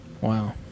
Wow